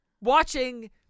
watching